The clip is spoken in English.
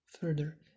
Further